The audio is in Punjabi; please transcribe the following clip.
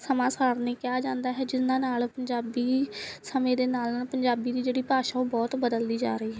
ਸਮਾਂ ਸਾਰਣੀ ਕਿਹਾ ਜਾਂਦਾ ਹੈ ਜਿਹਨਾਂ ਨਾਲ ਪੰਜਾਬੀ ਸਮੇਂ ਦੇ ਨਾਲ ਨਾਲ ਪੰਜਾਬੀ ਦੀ ਜਿਹੜੀ ਭਾਸ਼ਾ ਉਹ ਬਹੁਤ ਬਦਲਦੀ ਜਾ ਰਹੀ ਹੈ